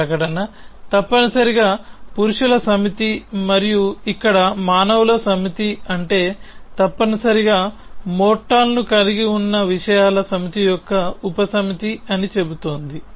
ఈ ప్రకటన తప్పనిసరిగా పురుషుల సమితి మరియు ఇక్కడ మానవుల సమితి అంటే తప్పనిసరిగా మోర్టల్ ను కలిగి ఉన్న విషయాల సమితి యొక్క ఉపసమితి అని చెబుతోంది